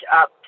up